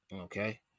Okay